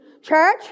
Church